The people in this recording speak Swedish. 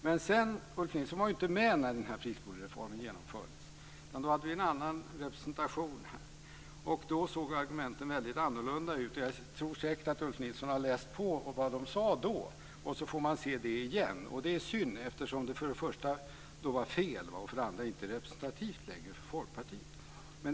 Men Ulf Nilsson var inte med när friskolereformen genomfördes, utan då var det en annan representation här. Argumenten då såg väldigt annorlunda ut. Ulf Nilsson har säkert läst på vad som sades då. Sedan får man se det igen och det är synd. För det första var det ju fel. För det andra är det inte längre representativt för Folkpartiet.